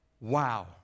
wow